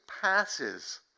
passes